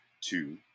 two